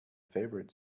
favorite